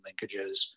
linkages